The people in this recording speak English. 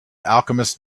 alchemists